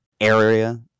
area